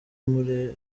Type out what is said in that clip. muri